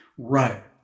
Right